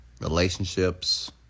relationships